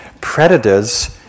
predators